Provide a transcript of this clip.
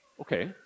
Okay